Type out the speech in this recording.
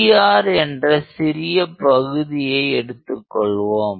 dr என்ற சிறிய பகுதியை எடுத்துக் கொள்வோம்